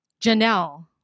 Janelle